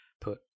put